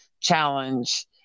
challenge